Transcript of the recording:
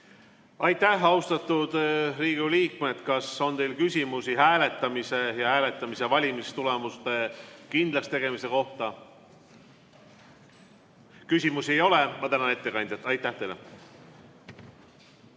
Aitäh! Austatud Riigikogu liikmed! Kas teil on küsimusi hääletamise ja hääletamis- ja valimistulemuste kindlakstegemise kohta? Küsimusi ei ole. Ma tänan ettekandjat. Aitäh teile!